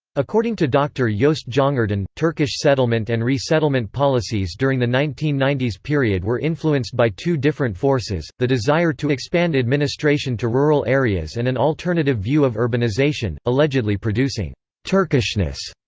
according to dr. yeah joost jongerden, turkish settlement and re-settlement policies during the nineteen ninety s period were influenced by two different forces the desire to expand administration to rural areas and an alternative view of urbanization, allegedly producing turkishness.